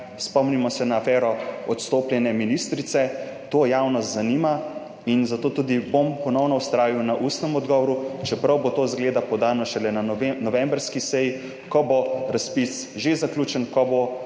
spomnimo se na afero odstopljene ministrice. To javnost zanima in zato bom tudi ponovno vztrajal na ustnem odgovoru, čeprav bo to, izgleda, podano šele na novembrski seji, ko bo razpis že zaključen, ko bodo